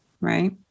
right